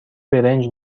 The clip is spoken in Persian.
برنج